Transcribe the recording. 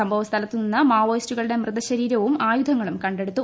സംഭവസ്ഥലത്തു നിന്ന് മാവോയിസ്റ്റുകളുടെ മൃതശരീരവും ആയുധങ്ങളും കണ്ടെടുത്തു